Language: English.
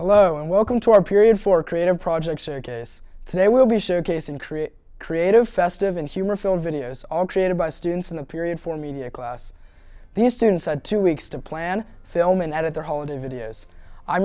hello and welcome to our period for creative projects or kiss today will be showcase and create creative festive and humor filled videos all created by students in the period for media class the students had two weeks to plan filming that at their holiday videos i